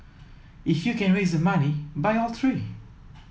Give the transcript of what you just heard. if you can raise the money buy all three